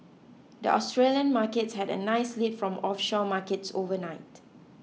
the Australian Markets had a nice lead from offshore markets overnight